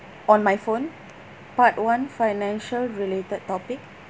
on my phone part one financial related topic